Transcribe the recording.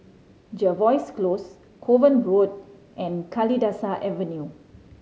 Jervois Close Kovan Road and Kalidasa Avenue